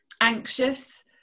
anxious